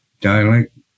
dialect